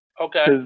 Okay